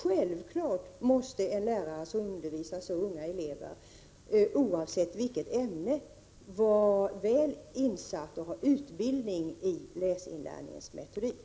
Självklart måste en lärare som undervisar så unga elever vara väl insatt och ha utbildning i läsinlärningens metodik.